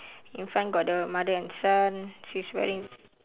in front got the mother and son she's wearing